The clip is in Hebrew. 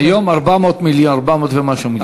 היום 400 מיליון ומשהו.